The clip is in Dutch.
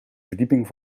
verdieping